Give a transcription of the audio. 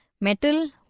metal